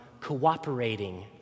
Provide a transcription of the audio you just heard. cooperating